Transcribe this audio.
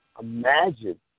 imagine